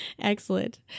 Excellent